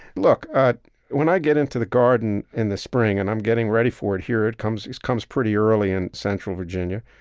look, when i get into the garden in the spring and i'm getting ready for it here it comes, this comes pretty early in central virginia